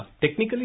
Technically